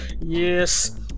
Yes